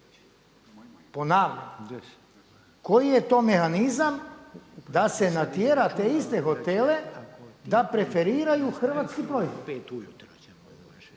ponavljam, koji je to mehanizam da se natjera te iste hotele da preferiraju hrvatski proizvod?